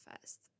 first